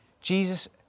Jesus